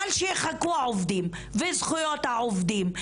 אבל שיחכו העובדים וזכויות העובדים,